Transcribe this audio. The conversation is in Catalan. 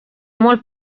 molt